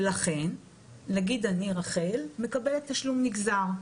ולכן נגיד אני רחל מקבלת תשלום נגזר.